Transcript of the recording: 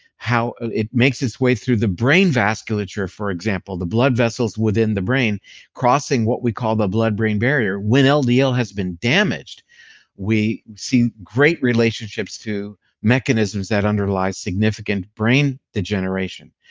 how it makes its way through the brain vasculature for example, the blood vessels within the brain crossing what we call the blood-brain barrier. when ldl has been damaged we see great relationships to mechanisms that underlie significant brain degeneration.